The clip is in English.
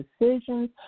decisions